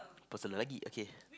err the person lagi okay